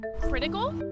Critical